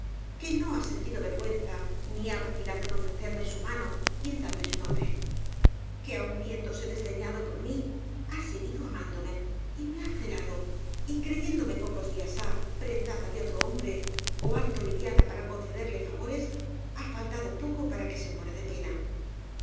que no ha sentido vergüenza ni ha vacilado en ofrecerme su mano y en darme su nombre que aun viéndose desdeñado por mí ha seguido amándome y que me ha celado y cre yéndome pocos días há prendada de otro hombre ó harto liviana para concederle favores ha faltado poco para que se muera de pena